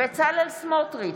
בצלאל סמוטריץ'